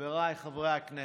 חבריי חברי הכנסת,